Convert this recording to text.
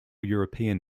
european